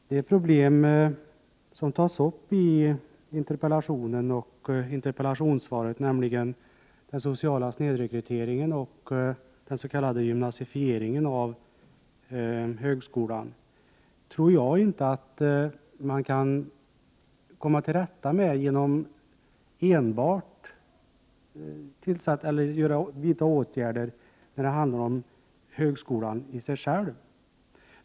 Herr talman! De problem som tas upp i interpellationen och interpellationssvaret, nämligen den sociala snedrekryteringen och den s.k. gymnasifieringen av högskolan, tror jag inte att man kan komma till rätta med genom att enbart vidta åtgärder för högskolan i sig själv.